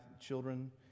children